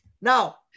Now